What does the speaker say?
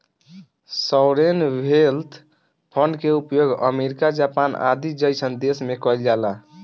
sovereign wealth fund के उपयोग America Japan आदि जईसन देश में कइल जाला